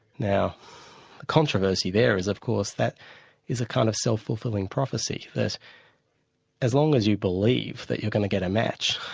now a controversy there is of course that is a kind of self-fulfilling prophecy, that as long as you believe that you're going to get a match,